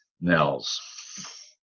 Nels